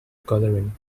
coloring